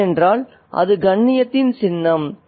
ஏனென்றால் அது கண்ணியத்தின் சின்னம்